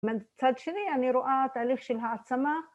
מצד שני אני רואה תהליך של העצמה